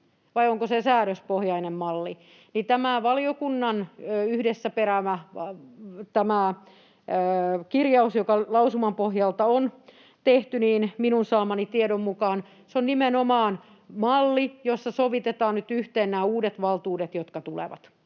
vai onko se säädöspohjainen malli. Tässä valiokunnan yhdessä peräämässä kirjauksessa, joka lausuman pohjalta on tehty, minun saamani tiedon mukaan se on nimenomaan malli, jossa sovitetaan nyt yhteen nämä uudet valtuudet, jotka tulevat.